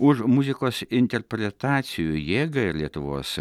už muzikos interpretacijų jėgą ir lietuvos